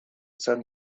sun